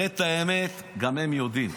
הרי את האמת גם הם יודעים.